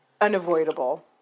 Unavoidable